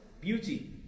beauty